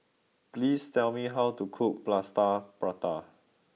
please tell me how to cook Plaster Prata